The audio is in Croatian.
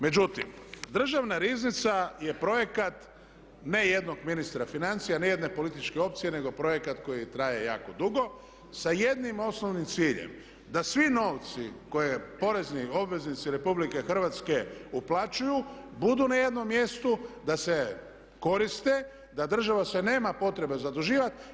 Međutim, državna riznica je projekat ne jednog ministra financija, ne jedne političke opcije nego projekat koji traje jako dugo sa jednim osnovnim ciljem da svi novci koje porezni obveznici RH uplaćuju budu na jednom mjestu, da se koriste, da država se nema potrebe zaduživati.